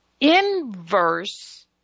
inverse